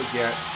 get